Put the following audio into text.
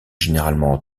généralement